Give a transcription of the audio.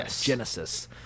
Genesis